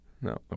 No